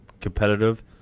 competitive